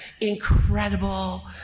incredible